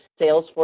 Salesforce